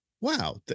wow